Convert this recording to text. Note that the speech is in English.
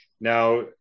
now